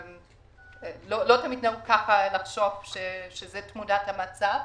לא תמיד נהוג לחשוב שזו תמונת המצב.